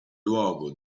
luogo